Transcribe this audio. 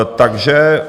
Takže